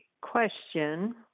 question